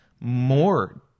more